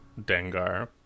Dengar